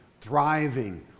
thriving